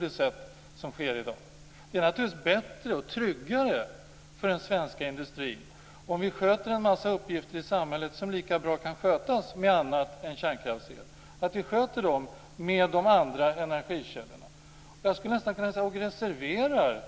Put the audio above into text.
Det är naturligtvis bättre och tryggare för den svenska industrin om vi sköter en mängd uppgifter i samhället, som lika bra kan skötas med hjälp av annat än kärnkraftsel, med hjälp av de andra energikällorna och, skulle jag nästan kunna säga, reserverar